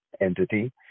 entity